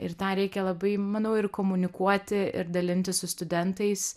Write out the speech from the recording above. ir tą reikia labai manau ir komunikuoti ir dalintis su studentais